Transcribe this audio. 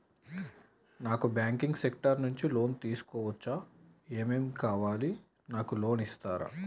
నాకు banking sector నుంచి loan తీసుకోవచ్చా? ఏమేం కావాలి? నాకు లోన్ ఇస్తారా?